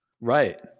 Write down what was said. Right